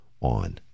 on